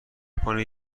کنید